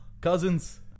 Cousins